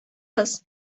кыз